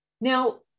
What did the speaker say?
Now